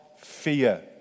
fear